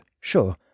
Sure